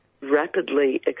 rapidly